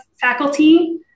faculty